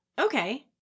Okay